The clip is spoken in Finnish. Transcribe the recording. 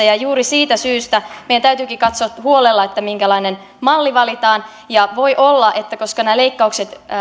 ja juuri siitä syystä meidän täytyykin katsoa huolella minkälainen malli valitaan voi olla että koska nämä leikkaukset